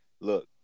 look